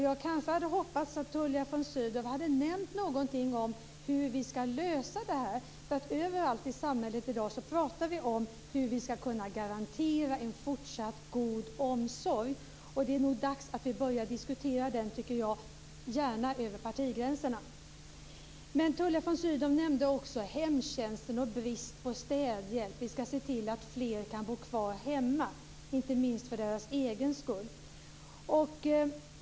Jag kanske hade hoppats att Tullia von Sydow skulle nämna någonting om hur vi ska lösa det här, för överallt i samhället i dag talar vi om hur vi ska kunna garantera en fortsatt god omsorg. Det är nog dags att vi börjar diskutera den, tycker jag, gärna över partigränserna. Tullia von Sydow nämnde också hemtjänsten och brist på städhjälp och att vi ska se till att fler kan bo hemma, inte minst för deras egen skull.